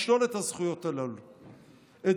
לשלול את הזכויות הללו.